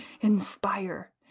inspire